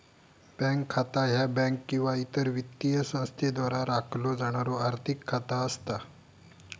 bank खाता ह्या bank किंवा इतर वित्तीय संस्थेद्वारा राखलो जाणारो आर्थिक खाता असता